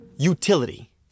Utility